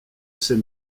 ses